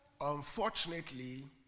Unfortunately